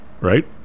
Right